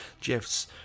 jeff's